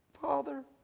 Father